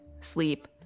sleep